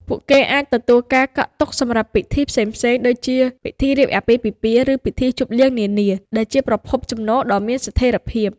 ពួកគេអាចទទួលការកក់ទុកសម្រាប់ពិធីផ្សេងៗដូចជាពិធីរៀបអាពាហ៍ពិពាហ៍ ឬពិធីជប់លៀងនានា ដែលជាប្រភពចំណូលដ៏មានស្ថិរភាព។